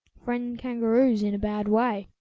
friend kangaroo's in a bad way,